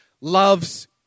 love's